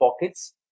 pockets